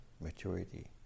maturity